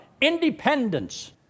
independence